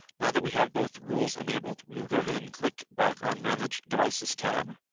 now that we have both rules enabled, we will go ahead and click back on manage devices tab,